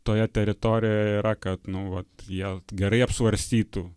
toje teritorijoje yra kad nu vat jie gerai apsvarstytų